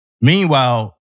Meanwhile